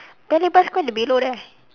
paya-lebar square the below there